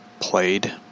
played